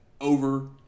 over